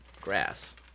grass